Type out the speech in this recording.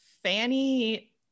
fanny